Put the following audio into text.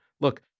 Look